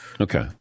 Okay